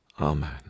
amen